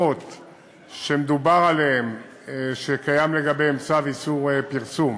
החקירות שמדובר עליהן וקיים לגביהן צו איסור פרסום.